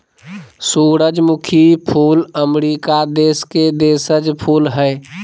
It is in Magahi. सूरजमुखी फूल अमरीका देश के देशज फूल हइ